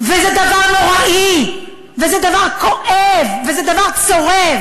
וזה דבר נוראי, וזה דבר כואב, וזה דבר צורב.